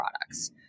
products